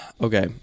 okay